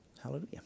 Hallelujah